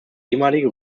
ehemalige